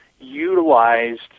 utilized